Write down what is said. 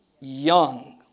Young